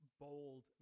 bold